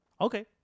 Okay